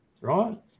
right